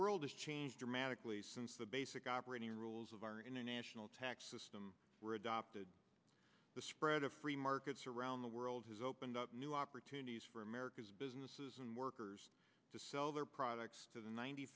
world has changed dramatically since the basic operating rules of our international tax system were adopted the spread of free markets around the world has opened up new opportunities for america's businesses and workers to sell their products to the ninety